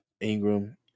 Ingram –